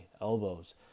elbows